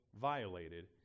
violated